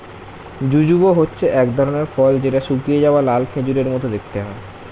jujube হচ্ছে এক ধরনের ফল যেটা শুকিয়ে যাওয়া লাল খেজুরের মত দেখতে হয়